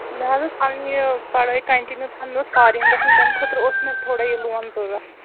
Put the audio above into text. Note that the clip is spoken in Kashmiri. مےٚ حظ اوس پَںٕنۍ یہِ پَڑٲے کَنٹِنیو تھاوٕنۍ مےٚ اوس فاریٚن گژھُن تَمہِ خٲطرٕ اوس مےٚ تھوڑا یہِ لون ضروٗرت